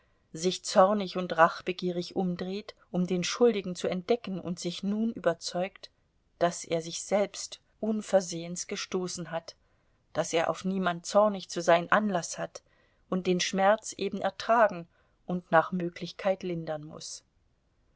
sich zornig und rachbegierig umdreht um den schuldigen zu entdecken und sich nun überzeugt daß er sich selbst unversehens gestoßen hat daß er auf niemand zornig zu sein anlaß hat und den schmerz eben ertragen und nach möglichkeit lindern muß